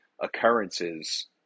occurrences